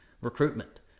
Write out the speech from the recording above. recruitment